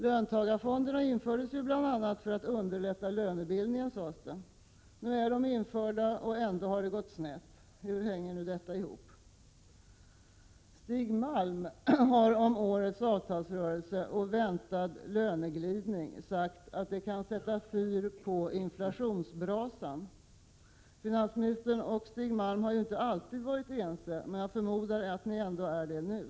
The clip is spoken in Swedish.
Löntagarfonderna infördes ju bl.a. för att underlätta lönebildningen, sades det. Nu är de införda, och ändå har det gått snett. Hur hänger det ihop? Stig Malm har om årets avtalsrörelse och väntad löneglidning sagt att detta kan sätta fyr på inflationsbrasan. Finansministern och Stig Malm har ju inte alltid varit ense, men jag förmodar att ni ändå är det nu.